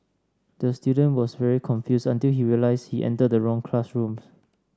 the student was very confused until he realised he entered the wrong classroom